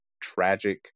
tragic